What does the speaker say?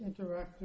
Interactive